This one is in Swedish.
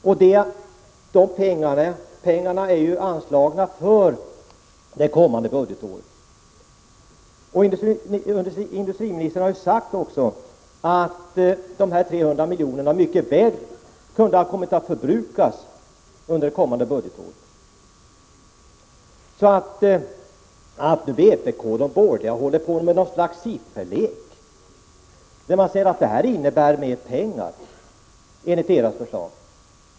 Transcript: Det känner vi till, och pengarna anslås för kommande budgetår. Industriministern har också sagt att dessa 300 milj.kr. mycket väl kunde ha förbrukats under det kommmande budgetåret. Vpk och de borgerliga håller på med något slags sifferlek och säger att deras förslag innebär att det blir mera pengar.